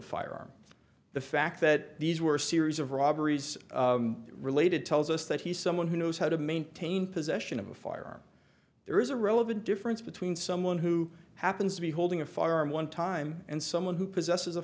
a firearm the fact that these were a series of robberies related tells us that he's someone who knows how to maintain possession of a firearm there is a relevant difference between someone who happens to be holding a firearm one time and someone who possesses a